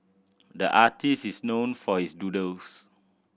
the artist is known for his doodles